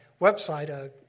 website